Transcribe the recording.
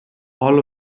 all